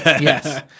yes